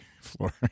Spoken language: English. floor